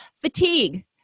Fatigue